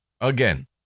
again